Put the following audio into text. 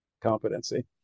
competency